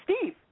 Steve